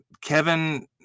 kevin